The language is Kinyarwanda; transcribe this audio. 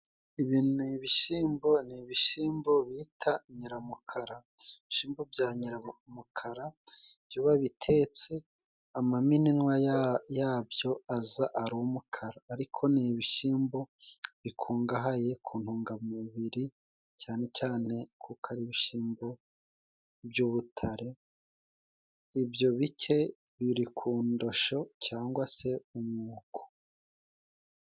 Ibi ni ibishimbo ni ibishyimbo bita nyiramukara, ibishimbo bya nyiramukara iyo babitetse amaminwa yabyo aza ari umukara, ariko ni ibishimbo bikungahaye ku ntungamubiri cyane cyane kuko ari ibishimbo by'ubutare. Ibyo bike biri ku ndosho cyangwa se umwuko.